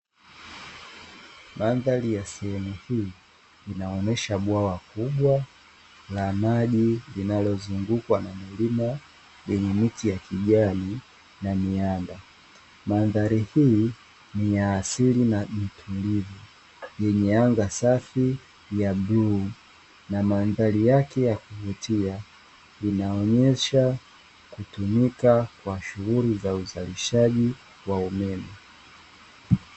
Mandari hii yaonyesha bwawa kubwa la maji, linalozungukwa bila miti ya kijani na miamba mandhari hii ni ya asili na yanga safi ya ani nyamandali yake ya onyesha kutumika kwa shughuli za uzalishaji wa umeme.